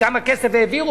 כמה כסף העבירו,